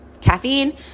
caffeine